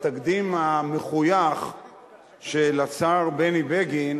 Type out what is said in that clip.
בתקדים המחויך של השר בני בגין,